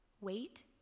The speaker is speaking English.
wait